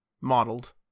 Modeled